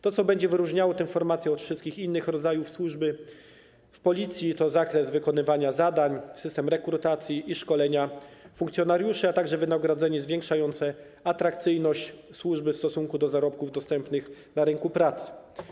Tym, co będzie wyróżniało tę formację od wszystkich innych rodzajów służby w Policji, będzie zakres wykonywanych zadań, system rekrutacji i szkolenia funkcjonariuszy, a także wynagrodzenie zwiększające atrakcyjność służby w stosunku do zarobków dostępnych na rynku pracy.